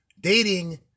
dating